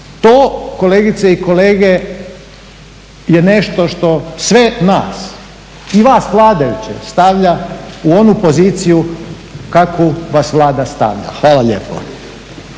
To kolegice i kolege je nešto što sve nas i vas vladajuće stavlja u onu poziciju kakvu vas Vlada stavlja. Hvala lijepo.